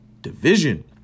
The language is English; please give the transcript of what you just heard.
division